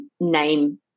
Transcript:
name